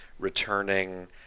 returning